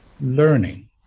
learning